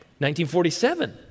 1947